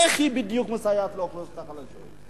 איך בדיוק היא מסייעת לאוכלוסיות החלשות,